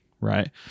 Right